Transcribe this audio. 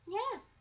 yes